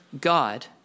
God